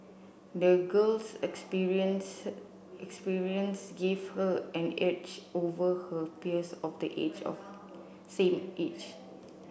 the girl's experiences experiences gave her an edge over her peers of the age of same age